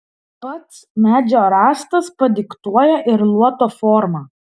pats medžio rąstas padiktuoja ir luoto formą